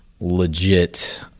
legit